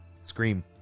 Scream